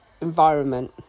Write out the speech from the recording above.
environment